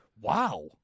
Wow